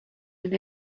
and